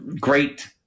great